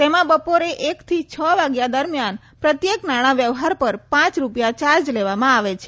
તેમાં બપોરે એક થી છ વાગ્યા દરમિયાન પ્રત્યેક નાણાં વ્યવહાર પર પાંચ રૂપિયા ચાર્જ લેવામાં આવે છે